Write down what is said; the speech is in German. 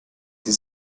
sie